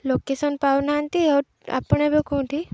location ପାଉନାହାନ୍ତି ଆଉ ଆପଣ ଏବେ କୋଉଠି